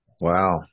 Wow